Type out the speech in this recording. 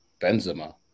Benzema